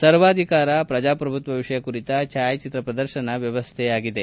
ಸರ್ವಾಧಿಕಾರ ಪ್ರಜಾಪ್ರಭುತ್ವ ವಿಷಯ ಕುರಿತ ಛಾಯಾಚಿತ್ರ ಪ್ರದರ್ಶನ ವ್ಯವಸ್ಥೆಯಾಗಿದೆ